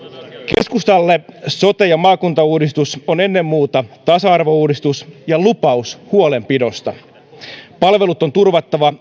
keskustalle sote ja maakuntauudistus on ennen muuta tasa arvouudistus ja lupaus huolenpidosta palvelut on turvattava